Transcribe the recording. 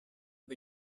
the